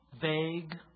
Vague